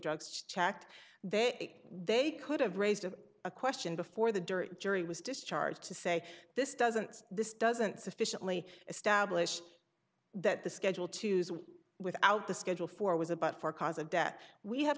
drugs checked they they could have raised a question before the jury jury was discharged to say this doesn't this doesn't sufficiently establish that the schedule to use without the schedule for was a but for cause of death we have